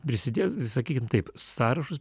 prisidės sakykim taip sąrašus